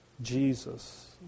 jesus